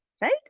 right